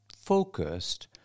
focused